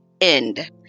end